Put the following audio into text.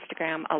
Instagram